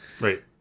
Right